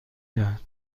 دهد